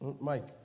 Mike